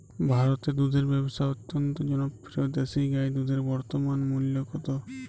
ভারতে দুধের ব্যাবসা অত্যন্ত জনপ্রিয় দেশি গাই দুধের বর্তমান মূল্য কত?